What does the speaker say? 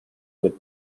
with